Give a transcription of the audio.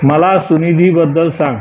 मला सुनिदीबद्दल सान